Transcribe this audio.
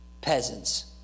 peasants